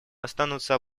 остаются